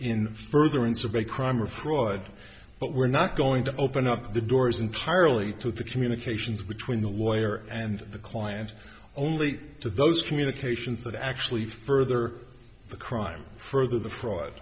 in furtherance of a crime or fraud but we're not going to open up the doors entirely to the communications between the lawyer and the client only to those communications that actually further the crime further the fraud